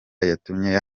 yatumye